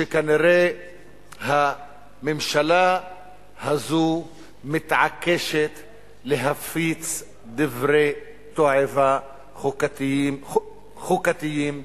שכנראה הממשלה הזו מתעקשת להפיץ דברי תועבה חוקתיים.